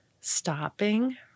stopping